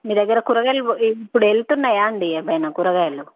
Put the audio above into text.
మీ దగ్గర కూరగాయలు ఇప్పుడు వెళ్తున్నాయా అండి ఏమైనా కురాగాయాలు